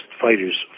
fighters